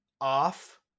off